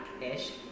ish